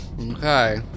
Okay